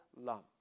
lump